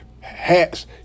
Hats